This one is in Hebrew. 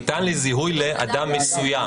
ניתן לזיהוי לאדם מסוים.